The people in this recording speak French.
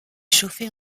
chauffer